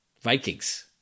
Vikings